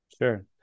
sure